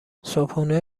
صبحونه